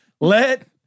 Let